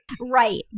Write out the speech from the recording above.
Right